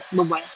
berbual